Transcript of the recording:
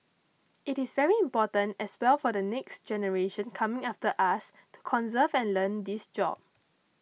it is very important as well for the next generation coming after us to conserve and learn this job